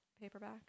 paperback